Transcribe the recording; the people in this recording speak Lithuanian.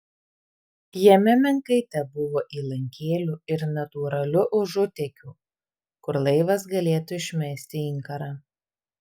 jame menkai tebuvo įlankėlių ir natūralių užutėkių kur laivas galėtų išmesti inkarą